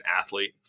athlete